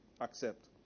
accept